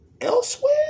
elsewhere